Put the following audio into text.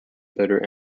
bitter